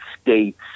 states